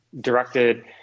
directed